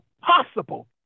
possible